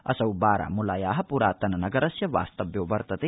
असौ बारामुलाया पुरातन नगरस्य वास्तव्यो वर्तते